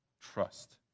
trust